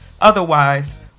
Otherwise